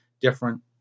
different